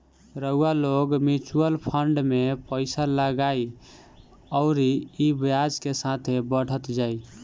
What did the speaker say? रउआ लोग mutual fund मे पइसा लगाई अउरी ई ब्याज के साथे बढ़त जाई